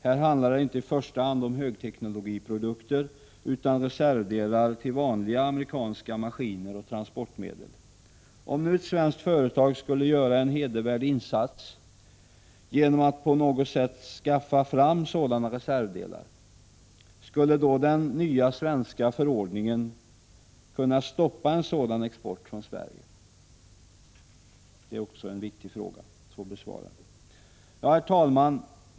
Här handlar det inte i första hand om högteknologiprodukter utan om reservdelar till vanliga amerikanska maskiner och transportmedel. Om nu ett svenskt företag skulle göra en hedervärd insats genom att på något sätt skaffa fram sådana reservdelar, skulle då den nya svenska förordningen kunna stoppa en sådan export från Sverige? Det är också en viktig fråga. Herr talman!